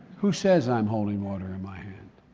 who says i'm holding water in my hand?